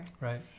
Right